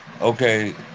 Okay